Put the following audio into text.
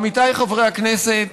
עמיתיי חברי הכנסת,